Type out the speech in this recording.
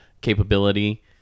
capability